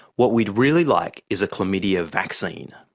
what we'd really like is a chlamydia vaccine.